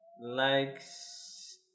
likes